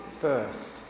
first